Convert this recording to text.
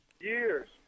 Years